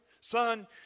son